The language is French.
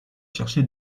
chercher